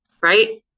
right